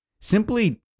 simply